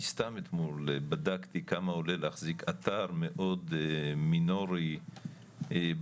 אני סתם אתמול בדקתי כמה עולה להחזיק אתר מאוד מינורי בצפון,